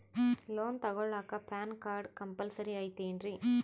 Loan ತೊಗೊಳ್ಳಾಕ PAN card compulsory ಐಯ್ತೇನ್ರಿ?